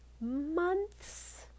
Months